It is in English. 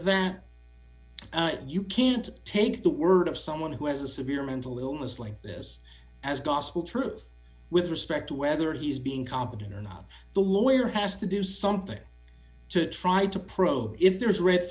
that you can't take the word of someone who has a severe mental illness like this as gospel truth with respect to whether he's being competent or not the lawyer has to do something to try to probe if there is red